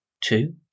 two